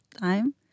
time